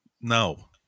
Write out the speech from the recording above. No